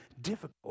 difficult